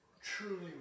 truly